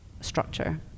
structure